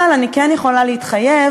אבל אני כן יכולה להתחייב,